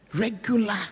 Regular